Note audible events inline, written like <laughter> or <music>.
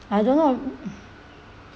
I don't know <noise>